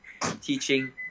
teaching